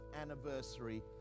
anniversary